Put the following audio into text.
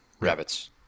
Rabbits